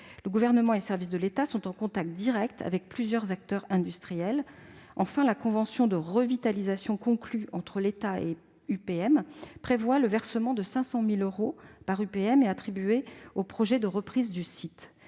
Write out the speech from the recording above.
Le Gouvernement et les services de l'État sont en contact direct avec plusieurs acteurs industriels. Enfin, la convention de revitalisation conclue entre l'État et UPM prévoit le versement de 500 000 euros par UPM, attribués au projet de reprise du site.